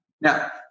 Now